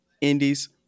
indies